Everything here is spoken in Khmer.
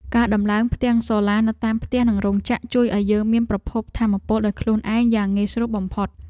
ការដំឡើងផ្ទាំងសូឡានៅតាមផ្ទះនិងរោងចក្រ ជួយឱ្យយើងមានប្រភពថាមពលដោយខ្លួនឯងយ៉ាងងាយស្រួលបំផុត។